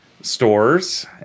Stores